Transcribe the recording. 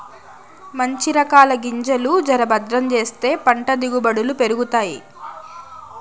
మంచి రకాల గింజలు జర భద్రం చేస్తే పంట దిగుబడులు పెరుగుతాయి